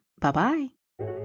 Bye-bye